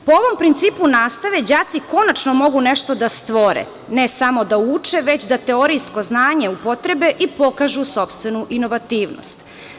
Po ovom principu nastave đaci konačno mogu nešto da stvore, ne samo da uče, već da teorijsko znanje upotrebe i pokažu sopstvenu inovativnost.